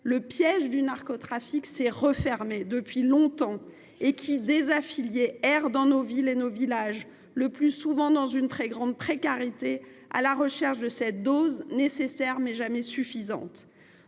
le piège du narcotrafic s’est depuis longtemps refermé et qui, désaffiliés, errent dans nos villes et nos villages, le plus souvent dans une très grande précarité, à la recherche de cette dose nécessaire, mais jamais suffisante.